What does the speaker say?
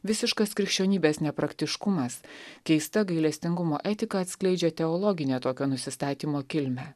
visiškas krikščionybės nepraktiškumas keista gailestingumo etika atskleidžia teologinę tokio nusistatymo kilmę